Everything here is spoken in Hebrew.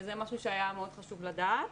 וזה משהו שהיה מאוד חשוב לדעת.